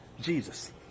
Jesus